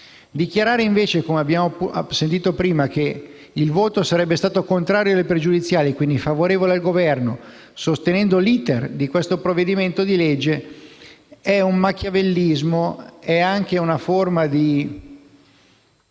Dichiarare, invece, come abbiamo sentito prima, che il voto sarebbe stato contrario alle pregiudiziali (quindi favorevole al Governo) sostenendo l'*iter* di questo decreto-legge è un machiavellismo nonché una forma di